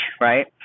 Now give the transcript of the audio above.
right